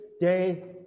day